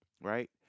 right